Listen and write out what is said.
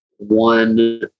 One